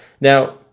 Now